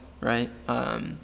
Right